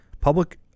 public